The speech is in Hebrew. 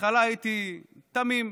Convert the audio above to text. בהתחלה הייתי תמים.